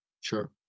Sure